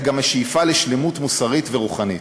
אלא גם השאיפה לשלמות מוסרית ורוחנית".